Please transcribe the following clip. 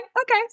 okay